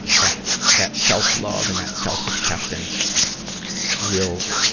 that that self-love and that self-acceptance will,